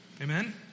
Amen